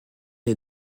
est